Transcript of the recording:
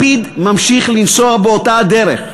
לפיד ממשיך לנסוע באותה הדרך,